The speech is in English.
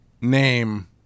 name